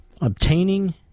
Obtaining